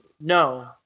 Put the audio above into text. no